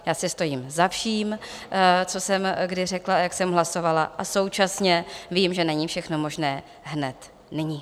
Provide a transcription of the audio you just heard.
Já si stojím za vším, co jsem kdy řekla a jak jsem hlasovala, a současně vím, že není všechno možné hned, nyní.